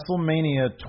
WrestleMania